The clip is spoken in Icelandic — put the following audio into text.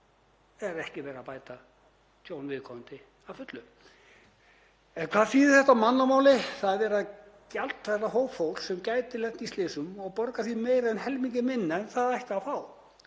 er ekki verið að bæta tjón viðkomandi að fullu. Hvað þýðir þetta á mannamáli? Það er verið að gjaldfella vinnu hóps fólks sem gæti lent í slysum og borga því meira en helmingi minna en það ætti að fá.